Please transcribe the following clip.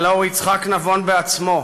הלוא הוא יצחק נבון בעצמו,